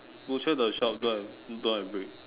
Outram the shop don't have don't have brick